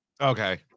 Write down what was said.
okay